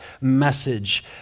message